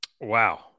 Wow